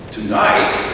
Tonight